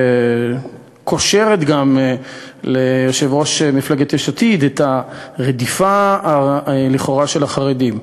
שקושרת ליושב-ראש מפלגת יש עתיד את הרדיפה לכאורה של החרדים.